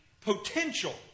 potential